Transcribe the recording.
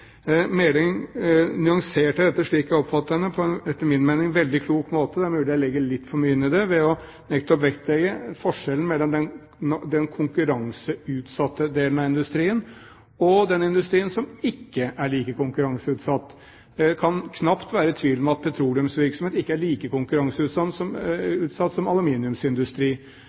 henne, på en etter min mening veldig klok måte – det er mulig jeg legger litt for mye i det – ved nettopp å vektlegge forskjellen mellom den konkurranseutsatte delen av industrien og den industrien som ikke er like konkurranseutsatt. Det kan knapt være tvil om at petroleumsvirksomhet ikke er like konkurranseutsatt som aluminiumsindustri.